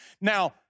now